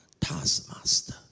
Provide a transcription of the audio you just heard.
taskmaster